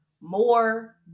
more